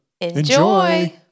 Enjoy